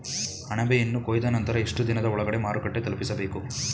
ಅಣಬೆಯನ್ನು ಕೊಯ್ದ ನಂತರ ಎಷ್ಟುದಿನದ ಒಳಗಡೆ ಮಾರುಕಟ್ಟೆ ತಲುಪಿಸಬೇಕು?